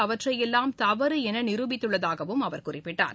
அவற்றையெல்லாம் தவறு என நிரூபித்துள்ளதாகவும் அவர் குறிப்பிட்டார்